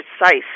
precise